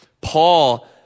Paul